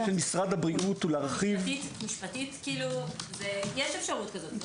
משפטית, יש אפשרות כזאת.